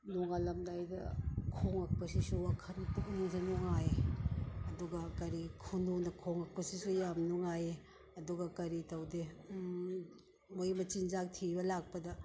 ꯅꯣꯉꯥꯜꯂꯝꯗꯥꯏꯗ ꯈꯣꯡꯉꯛꯄꯁꯤꯁꯨ ꯋꯥꯈꯜ ꯄꯨꯛꯅꯤꯡꯁꯦ ꯅꯨꯡꯉꯥꯏ ꯑꯗꯨꯒ ꯀꯔꯤ ꯈꯨꯅꯨꯅ ꯈꯣꯡꯉꯛꯄꯁꯤꯁꯨ ꯌꯥꯝ ꯅꯨꯡꯉꯥꯏꯌꯦ ꯑꯗꯨꯒ ꯀꯔꯤ ꯇꯧꯗꯦ ꯃꯈꯣꯏ ꯃꯆꯤꯟꯖꯥꯛ ꯊꯤꯕ ꯂꯥꯛꯄꯗ